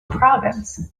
province